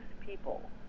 people